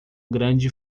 grande